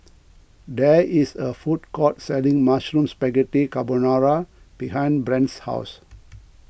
there is a food court selling Mushroom Spaghetti Carbonara behind Brent's house